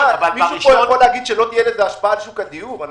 מישהו יוכל לומר שלא תהיה לזה השפעה על שוק הדיור?